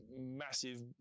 massive